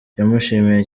yamushimiye